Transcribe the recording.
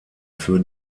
für